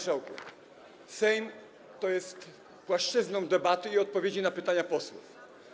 Sejm to jest płaszczyzna debaty i odpowiedzi na pytania posłów.